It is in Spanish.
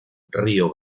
río